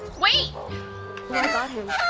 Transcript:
wait oh i got him